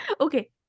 Okay